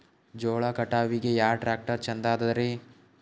ಜೋಳ ಕಟಾವಿಗಿ ಯಾ ಟ್ಯ್ರಾಕ್ಟರ ಛಂದದರಿ?